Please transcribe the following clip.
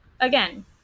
Again